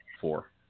four